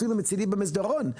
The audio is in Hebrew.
מצידי אפילו במסדרון,